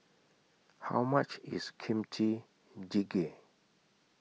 How much IS Kimchi Jjigae